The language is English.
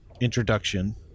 introduction